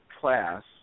class